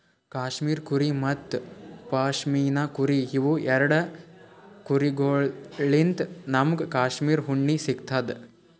cashmere ಕುರಿ ಮತ್ತ್ ಪಶ್ಮಿನಾ ಕುರಿ ಇವ್ ಎರಡ ಕುರಿಗೊಳ್ಳಿನ್ತ್ ನಮ್ಗ್ ಕ್ಯಾಶ್ಮೀರ್ ಉಣ್ಣಿ ಸಿಗ್ತದ್